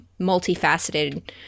multifaceted